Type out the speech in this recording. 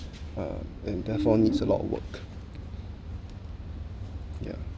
uh and therefore needs a lot of work yeah